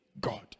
God